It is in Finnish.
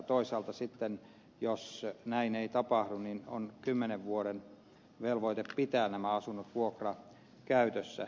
toisaalta sitten jos näin ei tapahdu on kymmenen vuoden velvoite pitää nämä asunnot vuokrakäytössä